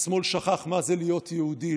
"השמאל שכח מה זה להיות יהודי".